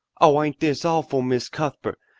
oh, ain't this awful, miss cuthbert?